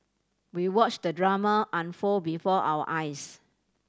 we watched the drama unfold before our eyes